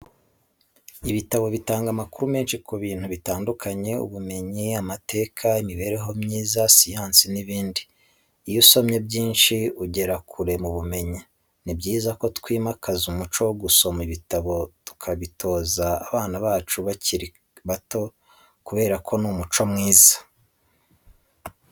Ibitabo bitanga amakuru menshi ku bintu bitandukanye: ubumenyi, amateka, imibereho myiza, siyansi, n’ibindi. Iyo usomye byinshi, ugera kure mu bumenyi. Ni byiza ko twimakaza umuco wo gusoma ibitabo tunabitoza abana bacu hakiri kare kuko ni umuco mwiza.